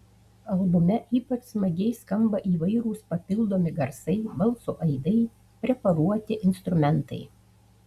albume ypač smagiai skamba įvairūs papildomi garsai balso aidai preparuoti instrumentai